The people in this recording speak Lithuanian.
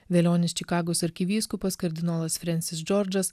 velionis čikagos arkivyskupas kardinolas frensis džordžas